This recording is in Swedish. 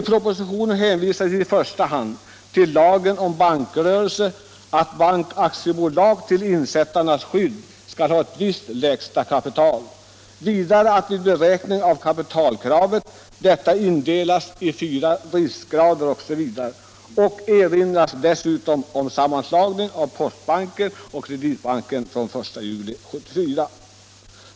I propositionen hänvisas i första hand till lagen om bankrörelse — att bankaktiebolag skall till insättarnas skydd ha ett visst lägsta kapital, vidare att vid beräkning av kapitalkravet detta indelas i fyra riskgrader osv. Det erinras också om sammanslagningen av postbanken och Kreditbanken från den 1 juli 1974.